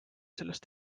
sellest